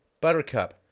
Buttercup